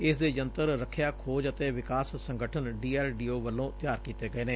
ਇਸ ਦੇ ਯੰਤਰ ਰਖਿਆ ਖੋਜ ਅਤੇ ਵਿਕਾਸ ਸੰਗਠਨ ਡੀ ਆਰ ਡੀ ਓ ਵਲੋਂ ਤਿਆਰ ਕੀਤੇ ਗਏ ਨੇ